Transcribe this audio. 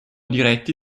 diretti